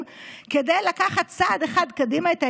כדי לקחת צעד אחד קדימה את ההתיישבות,